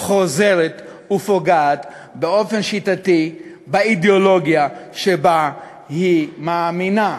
חוזרת ופוגעת באופן שיטתי באידיאולוגיה שבה היא מאמינה.